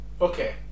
okay